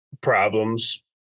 problems